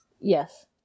Yes